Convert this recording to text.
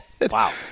Wow